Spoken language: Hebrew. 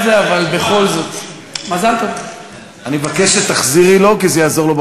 לשאלות מבקשי המקלט ובעיות מבקשי המקלט החברתיות,